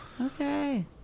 Okay